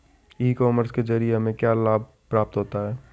ई commerce के ज़रिए हमें क्या क्या लाभ प्राप्त होता है?